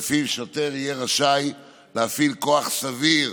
שלפיו שוטר יהיה רשאי להפעיל כוח סביר